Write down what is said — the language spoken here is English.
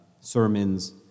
sermons